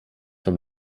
vom